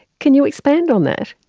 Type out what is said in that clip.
can you expand on that?